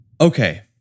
Okay